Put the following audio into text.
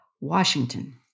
Washington